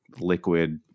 Liquid